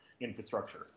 infrastructure